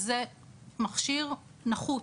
זה מכשיר נחות.